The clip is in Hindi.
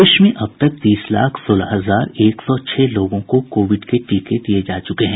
प्रदेश में अब तक तीस लाख सोलह हजार एक सौ छह लोगों को कोविड के टीके दिये जा चुके हैं